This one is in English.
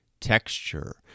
texture